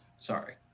sorry